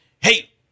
hey